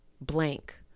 blank